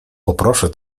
poproszę